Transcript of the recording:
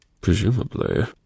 Presumably